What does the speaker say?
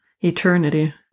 eternity